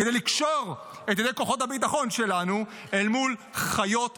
כדי לקשור את ידי כוחות הביטחון שלנו אל מול חיות הפרא,